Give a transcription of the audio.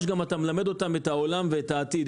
אתה מלמד אותם את העולם ואת העתיד.